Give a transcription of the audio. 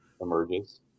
emerges